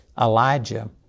Elijah